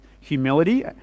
humility